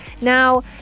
Now